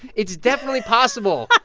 it's definitely possible.